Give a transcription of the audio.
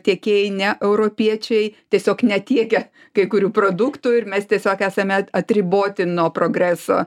tiekėjai ne europiečiai tiesiog netiekia kai kurių produktų ir mes tiesiog esame atriboti nuo progreso